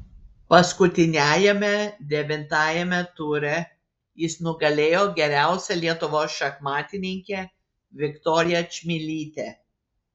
paskutiniajame devintajame ture jis nugalėjo geriausią lietuvos šachmatininkę viktoriją čmilytę